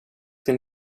din